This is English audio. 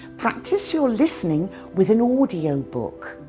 practice your listening with an audio book.